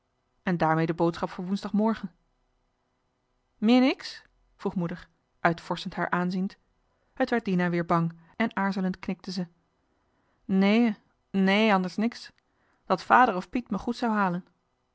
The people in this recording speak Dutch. en daarmee de boodschap voor woensdagmorgen meer niks vroeg moeder uitvorschend haar aanziend het werd dina weer bang en aarzelend knikte ze neeë nee anders niks dat vader of piet me goed zou halen